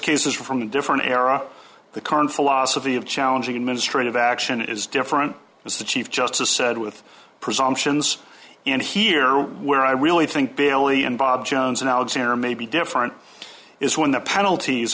those cases from a different era the current philosophy of challenging administrative action is different as the chief justice said with presumptions and here where i really think billy and bob jones and alexander may be different is when the penalties